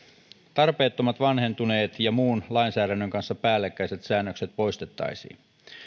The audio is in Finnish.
tarpeettomat vanhentuneet ja muun lainsäädännön kanssa päällekkäiset säännökset poistettaisiin